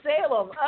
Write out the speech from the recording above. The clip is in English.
Salem